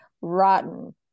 rotten